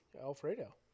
Alfredo